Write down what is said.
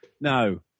No